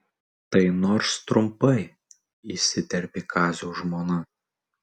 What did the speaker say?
tai nors trumpai įsiterpė kazio žmona